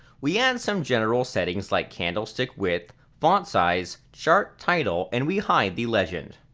we add some general settings like candlestick width, font size, chart title and we hide the legend.